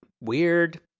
weird